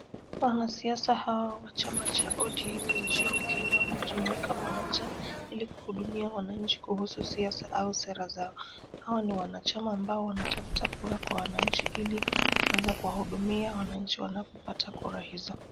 Wanasiasa hawa wa chama cha ODM nchini Kenya wamejumuika pamoja ili kuhudumia wananchi kuhusu siasa au sera zao. Hawa ni wanachama ambao wanatafuta kura kwa wananchi ili kuweza kuwahudumia wananchi wanapopata kura hizo.